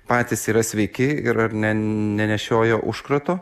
patys yra sveiki ir ar ne nenešioja užkrato